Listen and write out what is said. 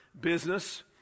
business